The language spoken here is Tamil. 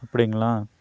அப்படிங்களா